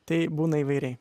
tai būna įvairiai